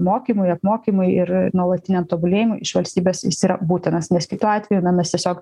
mokymui apmokymui ir nuolatiniam tobulėjimui iš valstybės jis yra būtinas nes kitu atveju na mes tiesiog